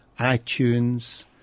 iTunes